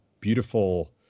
beautiful